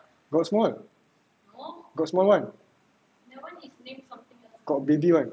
got small got small one got baby one